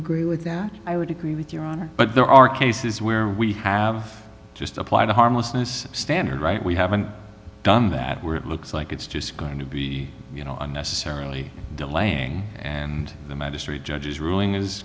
agree with that i would agree with your honor but there are cases where we have just applied the harmlessness standard right we haven't done that where it looks like it's just going to be you know unnecessarily delaying and the magistrate judge's ruling is